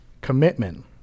commitment